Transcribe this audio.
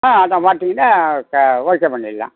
ஆ அதுதான் பார்த்திங்கன்னா க ஓகே பண்ணிடலாம்